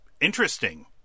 interesting